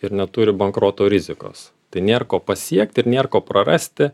ir neturi bankroto rizikos tai nėr ko pasiekt ir nėr ko prarasti